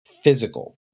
physical